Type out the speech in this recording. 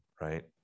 right